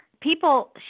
People